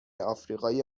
آفریقای